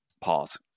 pause